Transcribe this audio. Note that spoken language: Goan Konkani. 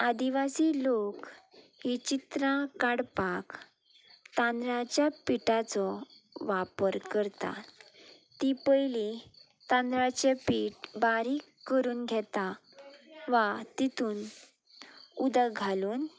आदिवासी लोक हीं चित्रां काडपाक तांदळाच्या पिठाचो वापर करता तीं पयलीं तांदळाचें पीठ बारीक करून घेता वा तातूंत उदक घालून